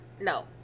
No